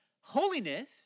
Holiness